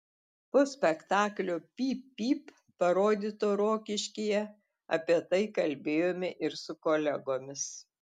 po spektaklio pyp pyp parodyto rokiškyje apie tai kalbėjome ir su kolegomis